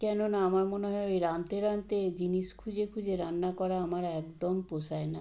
কেননা আমার মনে হয় ওই রাঁধতে রাঁধতে জিনিস খুঁজে খুঁজে রান্না করা আমার একদম পোষায় না